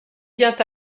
vient